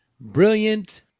brilliant